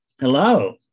hello